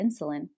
insulin